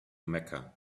mecca